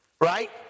right